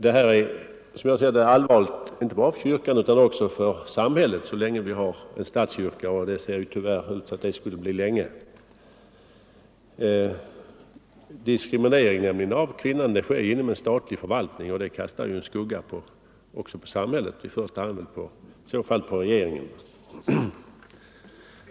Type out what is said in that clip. Det här är, som jag ser det, allvarligt inte bara för kyrkan utan också för samhället så länge vi har en statskyrka, och det ser tyvärr ut att bli länge. Diskrimineringen av kvinnan sker inom en statlig förvaltning, och det kastar ju en skugga också på samhället, i första hand väl på regeringen.